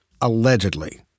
Allegedly